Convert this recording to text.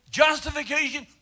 justification